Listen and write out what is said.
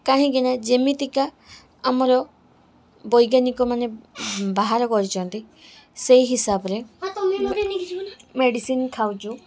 କାହିଁକିନା ଯେମିତିକା ଆମର ବୈଜ୍ଞାନିକମାନେ ବାହାର କରିଛନ୍ତି ସେ ହିସାବରେ ମେଡ଼ିସିନ୍ ଖାଉଛୁ